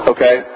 Okay